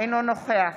אינו נוכח